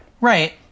Right